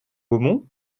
beaumont